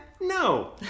No